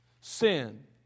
Sin